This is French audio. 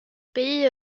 pays